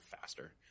faster